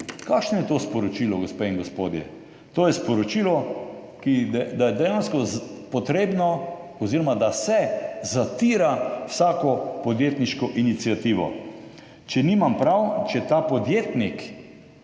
Kakšno je to sporočilo, gospe in gospodje? To je sporočilo, da je dejansko potrebno oziroma da se zatira vsako podjetniško iniciativo. Če nimam prav, če ta podjetnik,